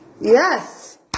Yes